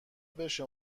بشه